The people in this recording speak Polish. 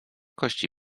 kości